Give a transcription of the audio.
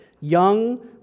young